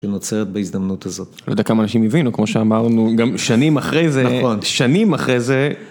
‫שנוצרת בהזדמנות הזאת. ‫לא יודע כמה אנשים הבינו, ‫כמו שאמרנו, גם שנים אחרי זה... ‫נכון. ‫-שנים אחרי זה...